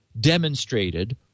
demonstrated